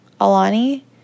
Alani